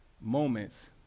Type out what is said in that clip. moments